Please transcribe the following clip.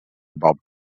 about